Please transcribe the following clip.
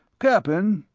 cap'n,